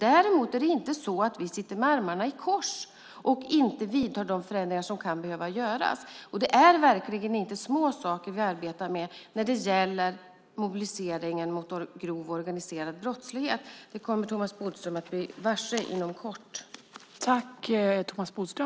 Däremot är det inte så att vi sitter med armarna i kors och inte vidtar de förändringar som kan behövas. Det är verkligen inte små saker vi arbetar med när det gäller mobiliseringen mot grov, organiserad brottslighet. Det kommer Thomas Bodström att bli varse inom kort.